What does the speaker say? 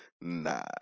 nah